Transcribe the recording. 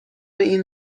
این